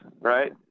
right